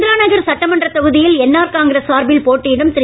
இந்திராநகர் சட்டமன்றத் தொகுதியில்இ என்ஆர் காங்கிரஸ் சார்பில் போட்டியிடும் திரு